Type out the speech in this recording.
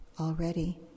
already